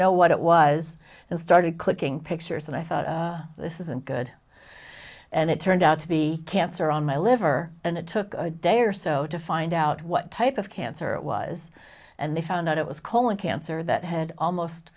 know what it was and started clicking pictures and i thought this isn't good and it turned out to be cancer on my liver and it took a day or so to find out what type of cancer it was and they found out it was colon cancer that had almost